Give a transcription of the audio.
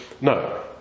No